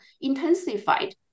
intensified